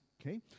Okay